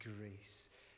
grace